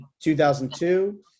2002